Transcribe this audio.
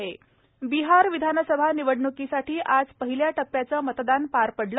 बिहार विधानसभा बिहार विधानसभा निवडण्कीसाठी आज पहिल्या टप्प्याचं मतदान पार पडलं